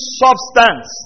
substance